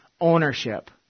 ownership